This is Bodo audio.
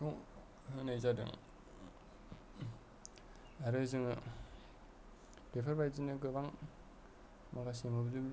बेखौ होनाय जादों आरो जोङो बेफोरबादिनो गोबां माखासे मोब्लिब गोहोजों